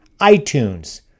iTunes